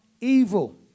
evil